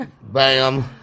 Bam